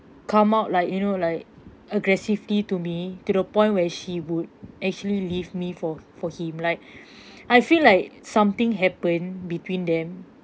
come out like you know like aggressively to me to the point where she would actually leave me for for him like I feel like something happen between them